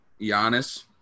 Giannis